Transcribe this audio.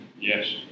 Yes